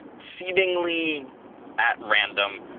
seemingly at random.